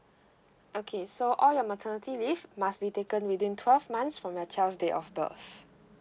okay so all your maternity leave must be taken within twelve months from your child's date of birth